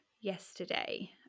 yesterday